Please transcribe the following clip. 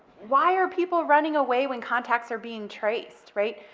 why are people running away when contacts are being traced, right?